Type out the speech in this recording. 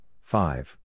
five